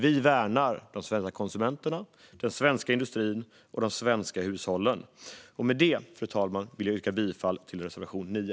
Vi värnar de svenska konsumenterna, den svenska industrin och de svenska hushållen. Med detta vill jag yrka bifall till reservation 9.